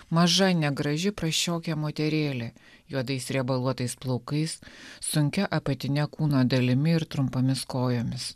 maža negraži prasčiokė moterėlė juodais riebaluotais plaukais sunkia apatine kūno dalimi ir trumpomis kojomis